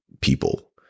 people